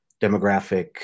demographic